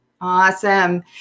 Awesome